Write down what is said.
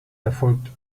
erfolgt